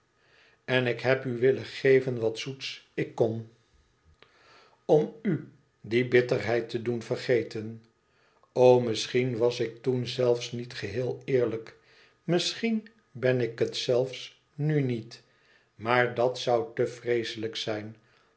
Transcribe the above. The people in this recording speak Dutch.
en ik heb u willen geven wat zoets ik kon om u die bitterheid te doen vergeten o misschien was ik toen zelfs niet geheel eerlijk misschien ben ik het zelfs nu niet maar dàt zoû te vreeslijk zijn